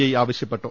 I ആവശ്യപ്പെട്ടു